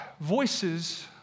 voices